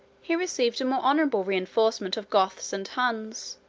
he received a more honorable reenforcement of goths and huns,